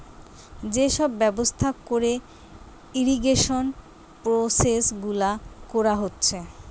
যে সব ব্যবস্থা কোরে ইরিগেশন প্রসেস গুলা কোরা হচ্ছে